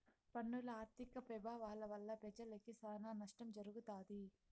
పన్నుల ఆర్థిక పెభావాల వల్ల పెజలకి సానా నష్టం జరగతాది